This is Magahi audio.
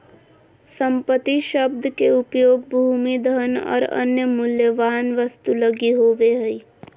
संपत्ति शब्द के उपयोग भूमि, धन और अन्य मूल्यवान वस्तु लगी होवे हइ